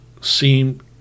seem